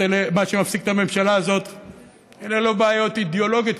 מה שמפסיק את הממשלה הזאת הוא לא בעיות אידיאולוגיות.